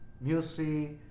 Music